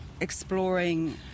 exploring